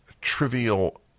trivial